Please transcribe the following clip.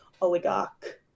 oligarch